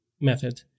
method